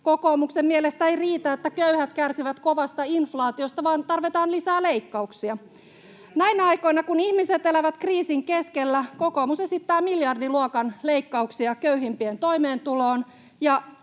Kokoomuksen mielestä ei riitä, että köyhät kärsivät kovasta inflaatiosta, vaan tarvitaan lisää leikkauksia. [Ben Zyskowiczin välihuuto] Näinä aikoina, kun ihmiset elävät kriisin keskellä, kokoomus esittää miljardiluokan leikkauksia köyhimpien toimeentuloon,